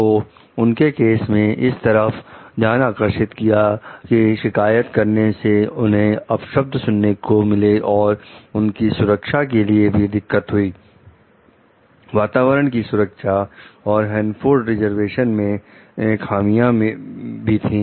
तो उनके केस में इस तरफ ध्यान आकर्षित किया कि शिकायत करने से उन्हें अप शब्द सुनने को मिले और उनकी सुरक्षा के लिए भी दिक्कत हुई वातावरण की सुरक्षा और हैंनफोर्ड रिजर्वेशन में खामिया भी थी